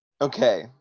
Okay